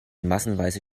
massenweise